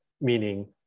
meaning